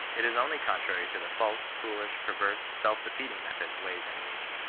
it is only contrary to the false, foolish, perverse, self-defeating methods, ways and means,